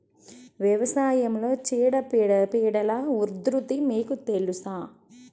వ్యవసాయంలో చీడపీడల ఉధృతి మీకు తెలుసా?